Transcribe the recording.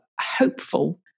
hopeful